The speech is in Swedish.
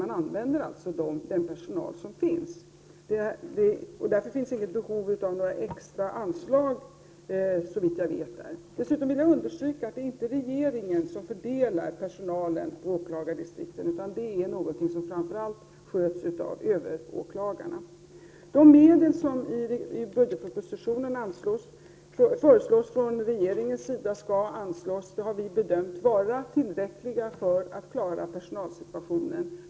Man använder alltså den personal som finns. Därför finns inget behov av några extra anslag där såvitt jag vet. Dessutom vill jag understryka att det inte är regeringen som fördelar personalen på åklagardistrikten. Det är något som framför allt sköts av överåklagarna. De medel som regeringen föreslår i budgetpropositionen har vi bedömt vara tillräckliga för att klara personalsituationen.